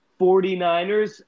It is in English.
49ers